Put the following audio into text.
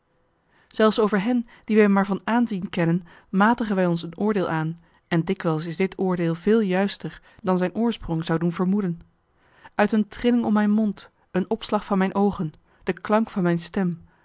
zelfs over hen die wij maar van aanzien kennen matigen wij ons een oordeel aan en dikwijls is dit oordeel veel juister dan zijn oorsprong zou doen vermoeden uit een trilling om mijn mond een opslag van mijn oogen de klank van mijn stem